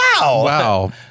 Wow